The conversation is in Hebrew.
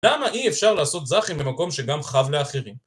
למה אי אפשר לעשות זכי במקום שגם חב לאחרים?